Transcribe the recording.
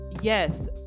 yes